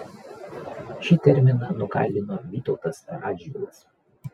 šį terminą nukaldino vytautas radžvilas